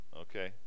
Okay